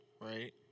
Right